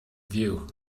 view